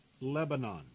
Lebanon